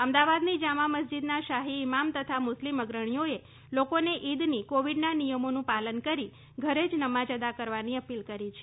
અમદાવાદની જામા મસ્જિદના શાહી ઇમામ તથા મુસ્લિમ અગ્રણીઓએ લોકોને ઈદની કોવિડના નિયમોનું પાલન કરી ઘરે જ નમાજ અદા કરવાની અપીલ કરી છે